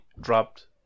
dropped